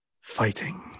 fighting